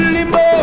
Limbo